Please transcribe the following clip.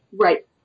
Right